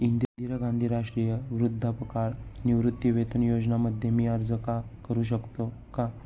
इंदिरा गांधी राष्ट्रीय वृद्धापकाळ निवृत्तीवेतन योजना मध्ये मी अर्ज का करू शकतो का?